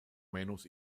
menos